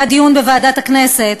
היה דיון בוועדת הכנסת,